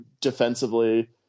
defensively